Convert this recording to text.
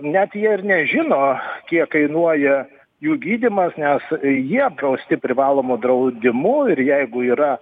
net jie ar nežino kiek kainuoja jų gydymas nes jie apdrausti privalomu draudimu ir jeigu yra